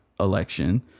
election